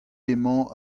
emañ